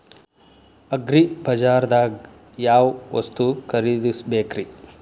ಅಗ್ರಿಬಜಾರ್ದಾಗ್ ಯಾವ ವಸ್ತು ಖರೇದಿಸಬೇಕ್ರಿ?